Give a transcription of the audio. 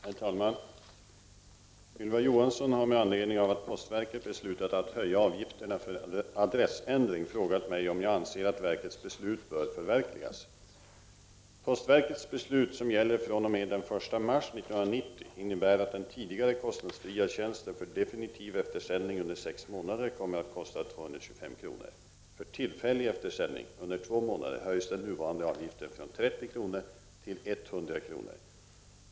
Herr talman! Ylva Johansson har med anledning av att postverket beslutat att höja avgifterna för adressändring frågat mig om jag anser att verkets beslut bör förverkligas. Postverkets beslut som gäller från och med den 1 mars 1990 innebär att den tidigare kostnadsfria tjänsten för definitiv eftersändning under sex månader kommer att kosta 225 kr. För tillfällig eftersändning under två månader höjs den nuvarande avgiften från 30 kr. till 100 kr.